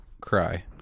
cry